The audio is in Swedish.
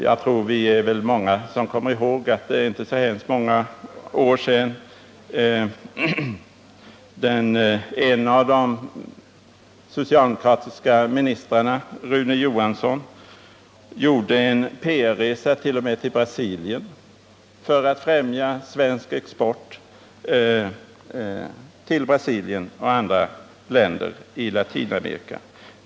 Jag tror också att vi är många som kommer ihåg att det inte är många år sedan en av de socialdemokratiska ministrarna, Rune Johansson, gjorde en PR-resa till Brasilien för att främja svensk export till Brasilien och andra länder i Latinamerika.